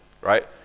right